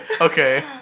Okay